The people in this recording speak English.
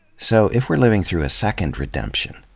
so, if we're living through a second redemption,